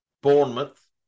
Bournemouth